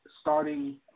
starting